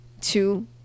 two